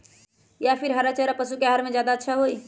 या फिर हरा चारा पशु के आहार में ज्यादा अच्छा होई?